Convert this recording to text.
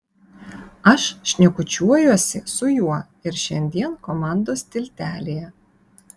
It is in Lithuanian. aš šnekučiuojuosi su juo ir šiandien komandos tiltelyje